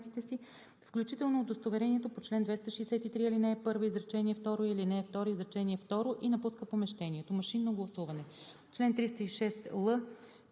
включително удостоверението по чл. 263, ал. 1, изречение второ или ал. 2, изречение второ, и напуска помещението. Машинно гласуване Чл. 306л'.